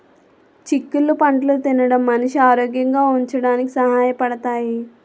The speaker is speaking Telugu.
చిక్కుళ్ళు పంటలు తినడం మనిషి ఆరోగ్యంగా ఉంచడానికి సహాయ పడతాయి